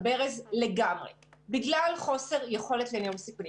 דבר נוסף שמצאנו הוא שדרישות כבאות חדשות נוספות